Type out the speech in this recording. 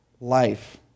life